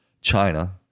China